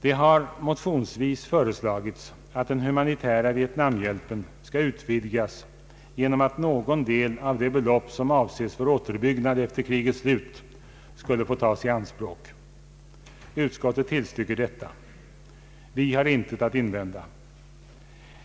Det har motionsvis föreslagits att den humanitära Vietnamhjälpen skall utvidgas genom att någon del av det belopp som avses för återuppbyggnad efter krigets slut skulle få tas i anspråk. Utskottet tillstyrker detta. Vi har intet att invända.